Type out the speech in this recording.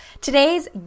today's